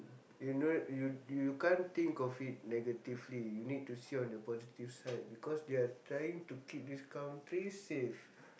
you know you you can't think of it negatively you need to see on the positive side because they are trying to keep this country safe